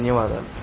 ధన్యవాదాలు